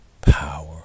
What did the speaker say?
power